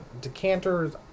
decanters